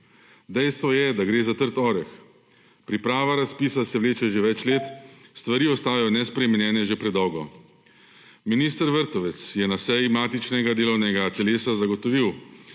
Dejstvo je, da gre za trg oreh. Priprava razpisa se vleče že več let, stvari ostajajo nespremenjene že predolgo. Minister Vrtovec je na seji matičnega delovnega telesa zagotovil,